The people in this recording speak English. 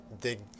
dig